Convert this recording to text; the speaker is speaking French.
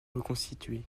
reconstituer